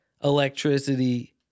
electricity